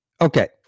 Okay